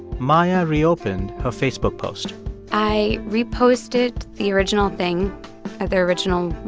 maia reopened her facebook post i reposted the original thing ah the original